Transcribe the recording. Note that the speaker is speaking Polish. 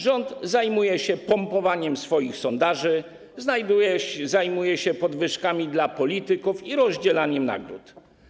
Rząd zajmuje się pompowaniem swoich sondaży, zajmuje się podwyżkami dla polityków i rozdzielaniem nagród.